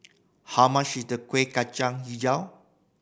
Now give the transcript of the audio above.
how much is the Kueh Kacang Hijau